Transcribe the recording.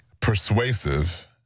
persuasive